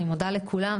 אני מודה לכולם,